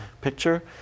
picture